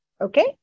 Okay